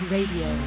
Radio